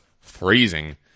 freezing